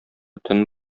төн